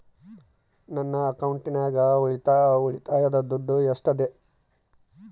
ನನ್ನ ಅಕೌಂಟಿನಾಗ ಉಳಿತಾಯದ ದುಡ್ಡು ಎಷ್ಟಿದೆ?